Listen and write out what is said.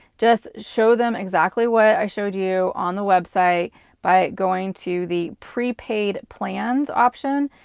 just show them exactly what i showed you on the website by going to the prepaid plans option,